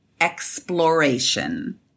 exploration